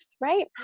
right